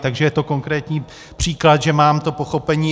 Takže je to konkrétní příklad, že mám to pochopení.